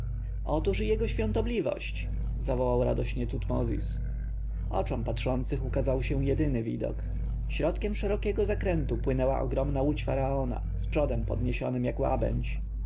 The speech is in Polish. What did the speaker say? otóż i jego świątobliwość zawołał radośnie tutmozis oczom patrzących ukazał się jedyny widok środkiem szerokiego zakrętu płynęła ogromna łódź faraona z przodem podniesionym